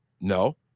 No